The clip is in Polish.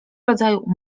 rodzaju